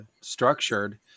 structured